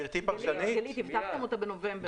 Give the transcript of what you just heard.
גלית, הבטחתם אותה בנובמבר.